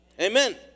amen